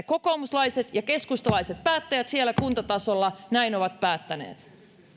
kokoomuslaiset ja keskustalaiset päättäjät siellä kuntatasolla näin ovat päättäneet